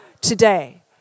today